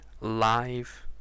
live